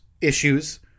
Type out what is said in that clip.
issues